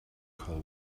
call